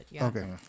Okay